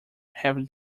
have